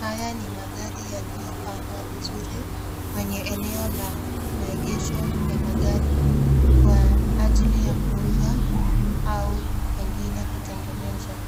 Haya ni magari yaliyopangwa vizuri kwenye eneo la maegesho ya magari kwa ajiri ya kuuzwa au pengine kutengenezwa.